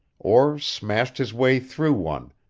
or smashed his way through one,